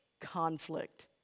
conflict